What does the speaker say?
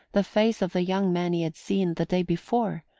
the face of the young man he had seen, the day before,